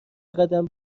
قدم